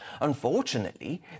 Unfortunately